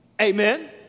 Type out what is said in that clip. Amen